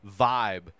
vibe